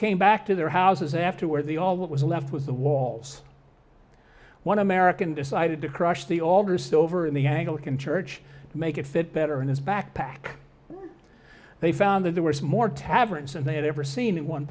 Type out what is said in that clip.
came back to their houses after where the all what was left with the walls one american decided to crush the alders over in the anglican church to make it fit better in his backpack they found that there were more taverns and they had ever seen in one